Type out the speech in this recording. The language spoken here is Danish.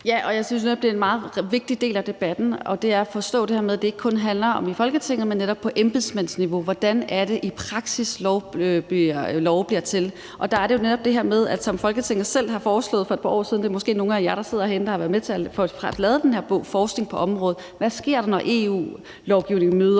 Ja, og jeg synes netop, det er en meget vigtig del af debatten at forstå, at det ikke kun handler om i Folketinget, men netop også på embedsmandsniveau, hvordan det er i praksis, at love bliver til. Det er jo netop det her med at se på, som Folketinget selv har foreslået for et par år siden, og det er måske nogle af jer, der sidder herinde, der har været med til at lave den her bog, forskning på området, altså hvad sker der, når EU-lovgivning møder